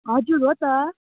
हजुर हो त